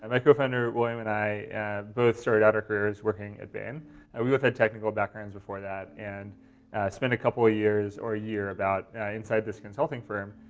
and co-founder william and i both started our careers working at bain and we've had technical backgrounds before that and spent a couple ah years or a year about inside this consulting firm.